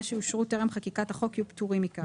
שאושרו טרם חקיקת החוק יהיו פטורים מכך'.